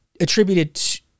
attributed